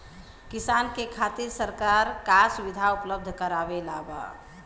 किसान के खातिर सरकार का सुविधा उपलब्ध करवले बा?